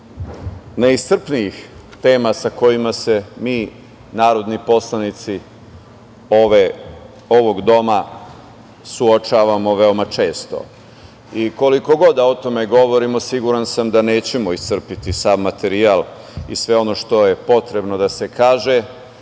najneiscrpnijih tema sa kojima se mi, narodni poslanici ovog doma, suočavamo veoma često. Koliko god da o tome govorimo, siguran sam da nećemo iscrpeti sav materijal i sve ono što je potrebno da se kaže,